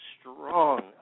strong